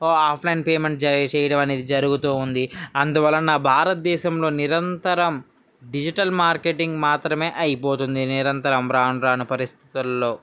ఒ offline payment చేయ చేయడం అనేది జరుగుతూ ఉంది అందువలన భారతదేశంలో నిరంతరం డిజిటల్ మార్కెటింగ్ మాత్రమే అయిపోతుంది నిరంతరం రానురాను పరిస్థితుల్లో